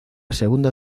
segunda